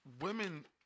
Women